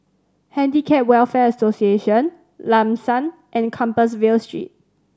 Handicap Welfare Association Lam San and Compassvale Street